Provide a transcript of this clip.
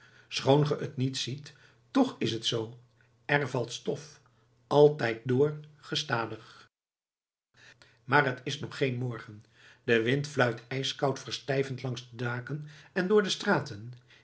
ge het niet ziet toch is het zoo er valt stof altijd door gestadig maar t is nog geen morgen de wind fluit ijskoud verstijvend langs de daken en door de straten